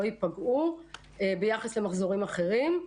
לא ייפגעו ביחס למחזורים אחרים.